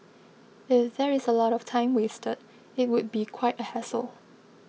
if there is a lot of time wasted it would be quite a hassle